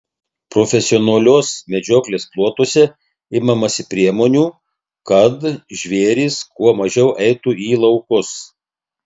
profesionalios medžioklės plotuose imamasi priemonių kad žvėrys kuo mažiau eitų į laukus